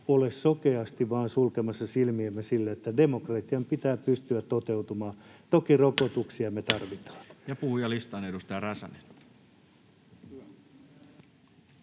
ole sokeasti sulkemassa silmiämme siltä, että demokratian pitää pystyä toteutumaan. Toki rokotuksia me tarvitaan. Ja puhujalistaan, edustaja Räsänen.